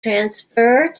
transfer